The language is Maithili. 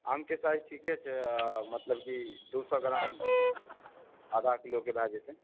आमके साइज ठीके छै मतलब कि दू सए ग्राम आधा किलोके भए जेतै